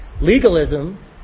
Legalism